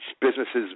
Businesses